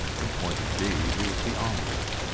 in point of deed he was beyond them.